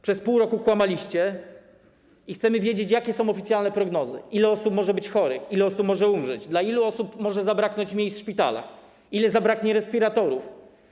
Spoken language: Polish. Przez pół roku kłamaliście i chcemy wiedzieć, jakie są oficjalne prognozy, ile osób może być chorych, ile osób może umrzeć, dla ilu osób może zabraknąć miejsc w szpitalach, ile zabraknie respiratorów.